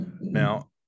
Now